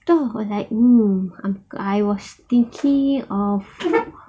entah I'm like !woo! I was thinking of